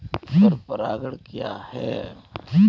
पर परागण क्या है?